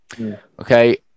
Okay